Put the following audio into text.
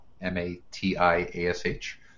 M-A-T-I-A-S-H